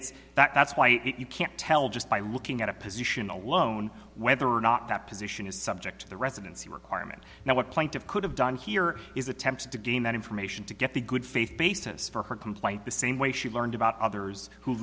it's that that's why you can't tell just by looking at a position alone whether or not that position is subject to the residency requirement now what point of could have done here is attempted to gain that information to get the good faith basis for her complaint the same way she learned about others who